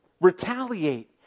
retaliate